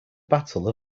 battle